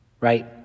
right